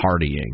partying